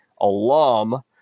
alum